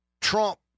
Trump